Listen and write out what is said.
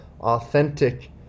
authentic